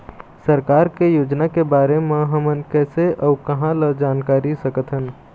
सरकार के योजना के बारे म हमन कैसे अऊ कहां ल जानकारी सकथन?